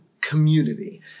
community